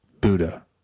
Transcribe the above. Buddha